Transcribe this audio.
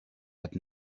had